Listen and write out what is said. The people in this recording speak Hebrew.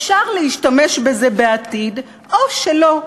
אפשר להשתמש בזה בעתיד או שלא.